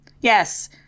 yes